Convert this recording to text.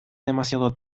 demasiado